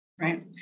right